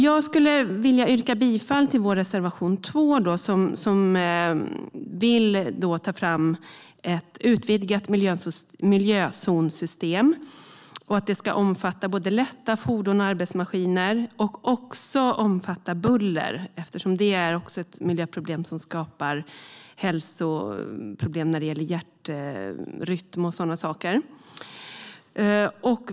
Jag yrkar bifall till vår reservation 2 som handlar om att vi vill att det ska tas fram ett utvidgat miljözonssystem som ska omfatta lätta fordon och arbetsmaskiner men som även ska omfatta buller, eftersom det också är ett miljöproblem som skapar hälsoproblem i fråga om hjärtrytm och så vidare.